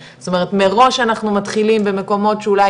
זאת אומרת מראש אנחנו מתחילים במקומות שאולי